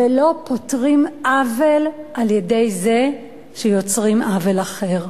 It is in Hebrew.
ולא פותרים עוול על-ידי זה שיוצרים עוול אחר.